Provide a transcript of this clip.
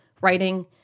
writing